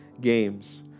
games